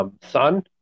son